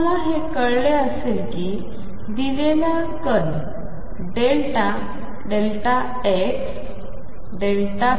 तुम्हाला हे कळले असेल की दिलेल्या कण डेल्टा xΔpx2